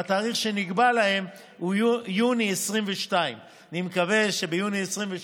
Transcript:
והתאריך שנקבע להם הוא יוני 2022. אני מקווה שביוני 2022